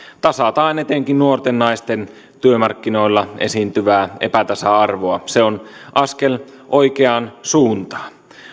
tasaa etenkin nuorten naisten työmarkkinoilla esiintyvää epätasa arvoa se on askel oikeaan suuntaan